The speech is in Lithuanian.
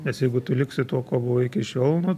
nes jeigu tu liksi tuo kuo buvai iki šiol nu